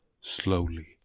Slowly